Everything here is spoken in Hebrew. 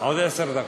עוד עשר דקות,